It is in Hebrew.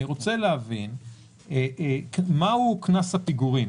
אני רוצה להבין מה הוא קנס הפיגורים.